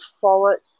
forward